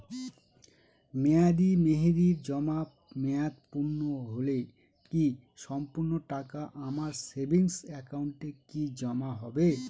মেয়াদী মেহেদির জমা মেয়াদ পূর্ণ হলে কি সম্পূর্ণ টাকা আমার সেভিংস একাউন্টে কি জমা হবে?